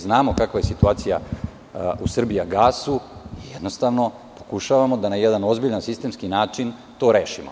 Znamo kakva je situacija u "Srbijagasu" i pokušavamo da na jedan ozbiljan, sistemski način to rešimo.